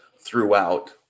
throughout